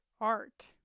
art